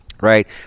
Right